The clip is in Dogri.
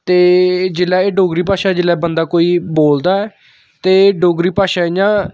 ते जेल्लै एह् डोगरी भाशा जेल्लै बंदा कोई बोलदा ऐ ते डोगरी भाशा इ'यां